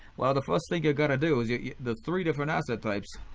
well the first thing you gotta do is yeah the three different asset types.